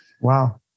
Wow